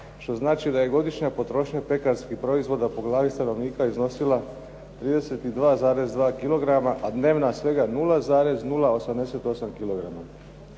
što znači da je godišnja potrošnja pekarskih proizvoda po glavi stanovnika iznosila 32,2 kg a dnevna svega 0,088 kg.